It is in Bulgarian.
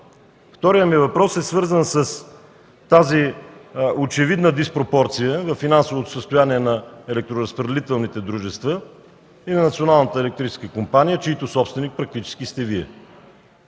Вторият ми въпрос е свързан с тази очевидна диспропорция във финансовото състояние на електроразпределителните дружества и на Националната електрическа компания, чийто собственик практически сте Вие.